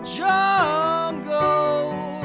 jungle